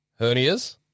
Hernias